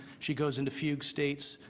she goes into fuge states.